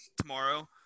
tomorrow